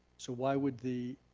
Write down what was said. so why would the,